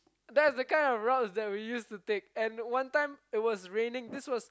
that's the kind of routes that we used to take and one time it was raining this was